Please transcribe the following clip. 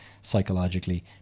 psychologically